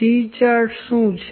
C charts શું છે